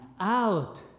out